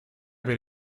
per